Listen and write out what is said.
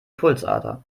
pulsader